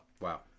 Wow